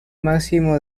máximo